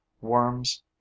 worms